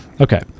Okay